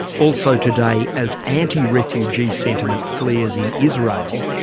also today as anti-refugee sentiment flairs in israel,